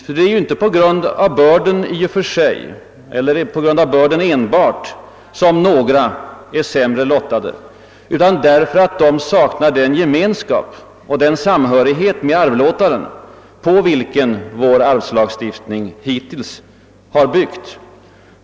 Men det är ju inte på grund av börden i och för sig eller på grund av börden enbart som några är sämre lottade utan de är det därför att de saknar den gemenskap och den samhörighet med arvlåtaren, på vilken vår arvslagstiftning hittills byggt.